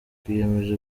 twiyemeje